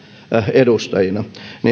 edustajina